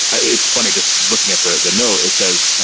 ah it's funny just looking at the the note. it says,